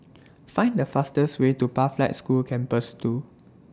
Find The fastest Way to Pathlight School Campus two